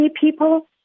people